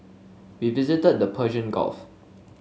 we visited the Persian Gulf